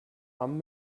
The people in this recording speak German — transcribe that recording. hamm